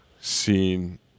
seen